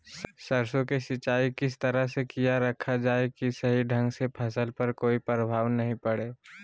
सरसों के सिंचाई किस तरह से किया रखा जाए कि सही ढंग से फसल पर कोई प्रभाव नहीं पड़े?